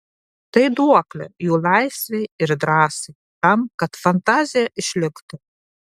tai duoklė jų laisvei ir drąsai tam kad fantazija išliktų